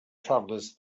travelers